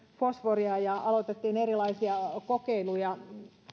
fosforia ja aloitettiin erilaisia kokeiluja